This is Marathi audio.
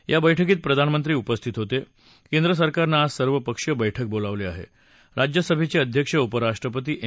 या बैठकीत प्रधानमंत्री उपस्थित होत केंद्र सरकारनं आज सर्वपक्षीय बैठक बोलावली आह जिज्यसभर्ष विध्यक्ष उपराष्ट्रपती एम